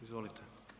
Izvolite.